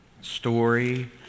story